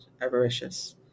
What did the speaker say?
avaricious